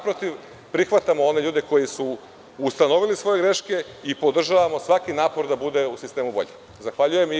Prihvatamo one ljude koji su ustanovili svoje greške i podržavamo svaki napor da u sistemu bude bolje.